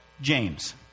James